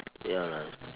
ya lah